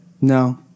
No